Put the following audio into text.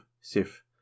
sif